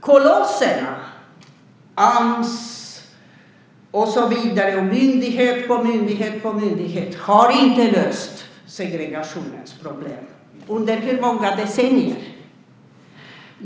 Kolosserna, Ams och så vidare, myndighet på myndighet, har inte löst segregationens problem. Under hur många decennier?